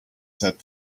said